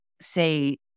say